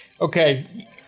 Okay